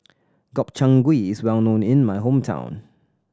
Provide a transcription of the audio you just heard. Gobchang Gui is well known in my hometown